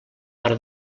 per